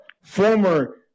former